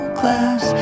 class